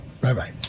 Bye-bye